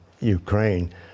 Ukraine